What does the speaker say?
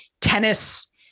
tennis